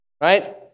right